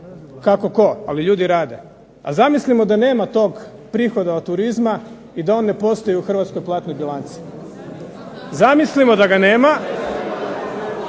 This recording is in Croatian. Kako tko, ali ljudi rade. Ali zamislimo da nema tog prihoda od turizma i da on ne postoji u hrvatskoj platnoj bilanci. Zamislimo da ga nema…